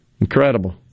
incredible